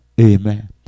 Amen